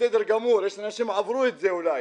בסדר גמור, יש אנשים שעברו את זה אולי.